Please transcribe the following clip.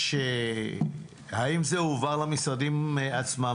האם זה הועבר למשרדים עצמם?